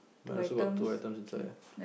mine also got two items inside ah